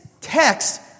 text